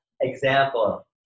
example